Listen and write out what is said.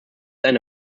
eine